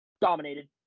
dominated